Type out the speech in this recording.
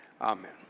Amen